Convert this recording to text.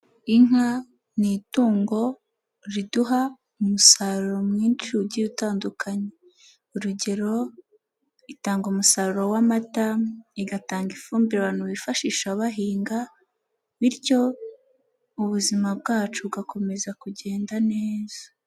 Inka ni itungo riduha umusaruro mwinshi ugiye utandukanye, urugero itanga umusaruro w'amata, igatanga ifumbire abantu bifashisha bahinga bityo ubuzima bwacu bugakomeza kugenda neza.